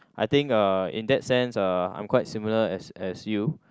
I think uh in that sense uh I'm quite similar as as you